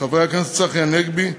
חברי הכנסת צחי הנגבי,